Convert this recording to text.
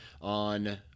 on